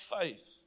faith